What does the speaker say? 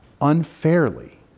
unfairly